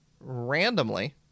randomly